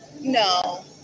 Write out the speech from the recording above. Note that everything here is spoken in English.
no